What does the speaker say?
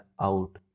out